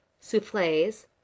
souffles